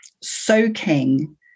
soaking